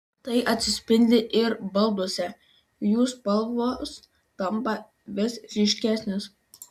tai atsispindi ir balduose jų spalvos tampa vis ryškesnės